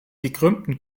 gekrümmten